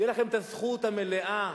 תהיה לכם הזכות המלאה,